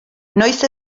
noiz